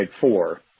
four